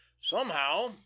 Somehow